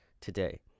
today